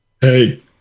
Hey